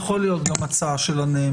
זאת יכולה להיות הצעה של הנאמן.